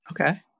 Okay